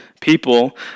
People